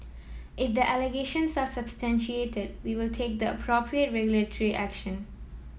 if the allegations are substantiated we will take the appropriate regulatory action